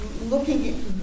looking